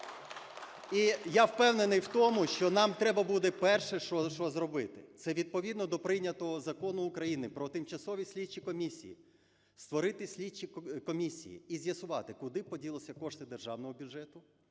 І я впевнений у тому, що нам треба буде перше, що зробити, це відповідно до прийнятого Закону України про тимчасові слідчі комісії створити слідчі комісії і з'ясувати, куди поділися кошти державного бюджету